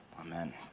Amen